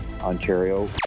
Ontario